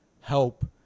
help